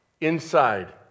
inside